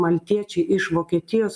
maltiečiai iš vokietijos